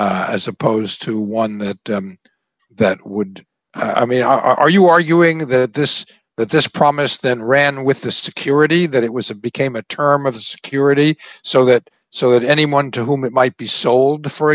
addressed as opposed to one that that would i mean are you arguing that this that this promise that ran with the security that it was a became a term of the security so that so that anyone to whom it might be sold for